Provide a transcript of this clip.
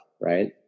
right